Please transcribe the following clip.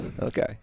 Okay